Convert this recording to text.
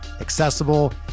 accessible